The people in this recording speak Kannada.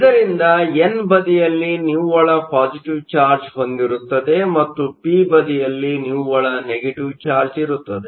ಇದರಿಂದ ಎನ್ ಬದಿಯಲ್ಲಿ ನಿವ್ವಳ ಪಾಸಿಟಿವ್ ಚಾರ್ಜ್ ಹೊಂದಿರುತ್ತದೆ ಮತ್ತು ಪಿ ಬದಿಯಲ್ಲಿ ನಿವ್ವಳ ನೆಗೆಟಿವ್ ಚಾರ್ಜ್ ಇರುತ್ತದೆ